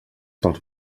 pels